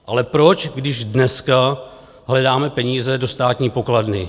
Ale proč, když dneska hledáme peníze do státní pokladny?